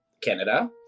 Canada